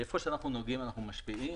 איפה שאנחנו נוגעים אנחנו משפיעים.